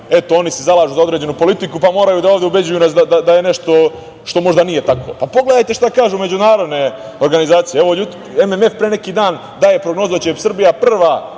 eto, oni se zalažu za određenu politiku pa moraju ovde da nas ubeđuju da je nešto što možda nije tako. Pogledajte šta kažu međunarodne organizacije. Evo, MMF pre neki dan daje prognozu da će Srbija prva